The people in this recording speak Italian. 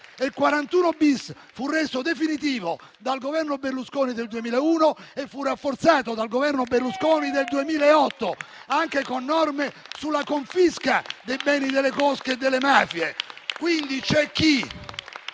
Il 41-*bis* fu reso definitivo dal Governo Berlusconi del 2001 e fu rafforzato dal Governo Berlusconi del 2008, anche con norme sulla confisca dei beni delle cosche e delle mafie.